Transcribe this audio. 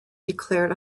declared